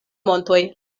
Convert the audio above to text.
montoj